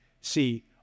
See